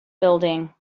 building